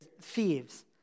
thieves